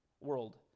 world